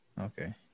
Okay